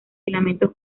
filamentos